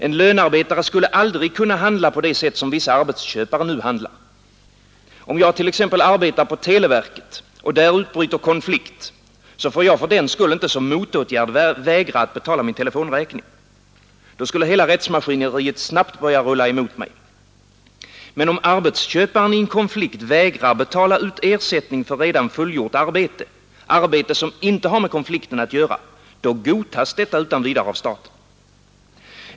En lönearbetare skulle aldrig kunna handla så som vissa arbetsköpare nu handlar. Om jag t.ex. arbetar på televerket och där utbryter konflikt, får jag fördenskull inte som motåtgärd vägra betala min telefonräkning. Då skulle hela rättsmaskineriet snabbt börja rulla emot mig. Men om arbetsköparen i en konflikt vägrar betala ut ersättning för redan fullgjort arbete, arbete som inte har med konflikten att göra — då godtas detta utan vidare av staten.